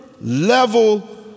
level